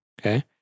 Okay